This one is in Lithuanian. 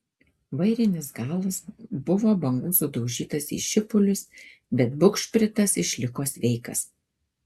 vairinis galas buvo bangų sudaužytas į šipulius bet bugšpritas išliko sveikas